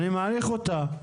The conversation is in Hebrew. אני מעריך אותה,